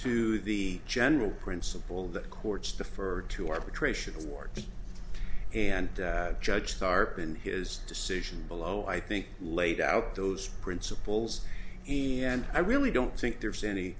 to the general principle that courts to for to arbitration award and judge starr in his decision below i think laid out those principles and i really don't think there's any